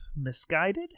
misguided